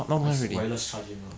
还是 wireless charging ah